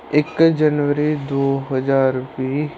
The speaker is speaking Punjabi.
ਇੱਕ ਜਨਵਰੀ ਦੋ ਹਜ਼ਾਰ ਵੀਹ